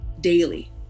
daily